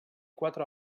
quatre